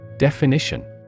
Definition